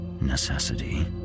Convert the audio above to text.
necessity